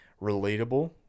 relatable